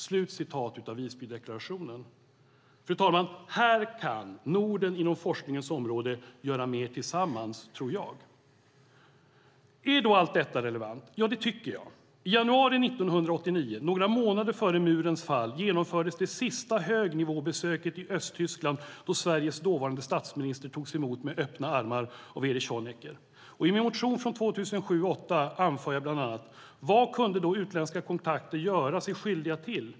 Det var Visbydeklarationen. Här tror jag att Norden inom forskningens område kan göra mer tillsammans. Är då allt detta relevant? Ja, det tycker jag. I januari 1989, några månader före murens fall, genomfördes det sista högnivåbesöket i Östtyskland då Sveriges dåvarande statsminister togs emot med öppna armar av Erich Honecker. I min motion från 2007/08 anför jag bland annat: "Vad kunde då utländska kontakter göra sig skyldiga till?